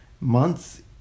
months